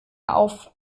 auf